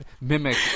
mimic